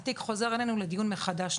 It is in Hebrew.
התיק חוזר אלינו לדיון מחדש.